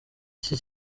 iki